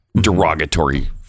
derogatory